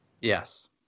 Yes